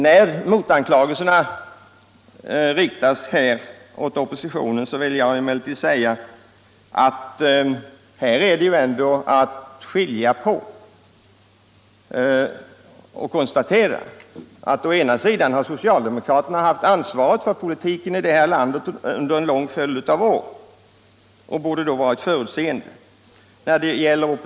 Men när anklagelserna vänds mot oppositionen vill jag konstatera den skillnad som föreligger. Socialdemokraterna har haft regeringsansvaret under en lång följd av år och borde därför om politiken varit förutseende förekommit det läge vi har i dag.